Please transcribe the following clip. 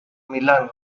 milán